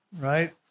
right